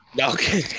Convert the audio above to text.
Okay